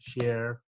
Share